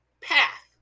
path